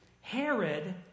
Herod